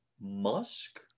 Musk